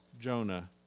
Jonah